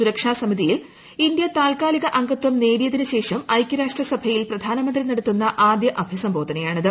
സുരക്ഷാ സമിതിയിൽ ഇന്ത്യ താത്കാലിക അംഗത്വം നേടിയതിനു ശേഷം ഐക്യരാഷ്ട്ര സഭയിൽ പ്രധാനമന്ത്രി നടത്തുന്ന ആദ്യ അഭിസംബോധനയാണിത്